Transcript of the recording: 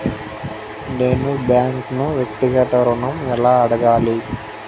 నేను బ్యాంక్ను వ్యక్తిగత ఋణం ఎలా అడగాలి?